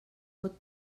pot